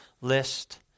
list